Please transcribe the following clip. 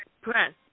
press